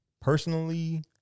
Personally